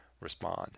respond